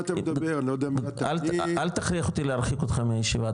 אל תכריח אותי להרחיק אותך מהישיבה,